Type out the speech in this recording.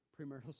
premarital